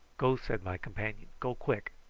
go, said my companion. go quick.